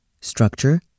Structure